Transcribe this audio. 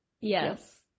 Yes